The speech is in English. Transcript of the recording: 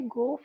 go